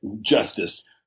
Justice